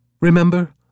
Remember